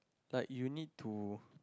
like you need to